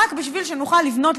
רק בשביל שנוכל לבנות,